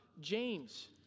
James